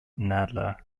nadler